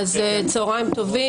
צוהריים טובים.